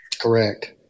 Correct